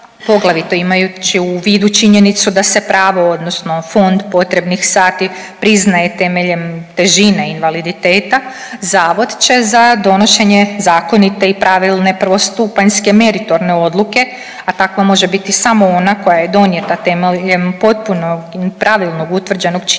poglavito imajući u vidu činjenicu da se pravo odnosno fond potrebnih sati priznaje temeljem težine invaliditeta, zavod će za donošenje zakonite i pravilne prvostupanjske meritorne odluke, a takva može biti samo ona koja je donijeta temeljem potpunog i pravilnog utvrđenog činjeničnog